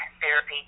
therapy